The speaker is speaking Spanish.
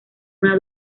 una